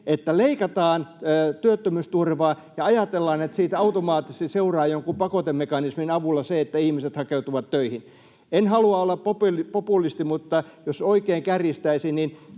että leikataan työttömyysturvaa ja ajatellaan, että siitä automaattisesti seuraa jonkun pakotemekanismin avulla se, että ihmiset hakeutuvat töihin? En halua olla populisti, mutta jos oikein kärjistäisi,